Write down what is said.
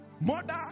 mother